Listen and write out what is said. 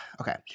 okay